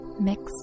mix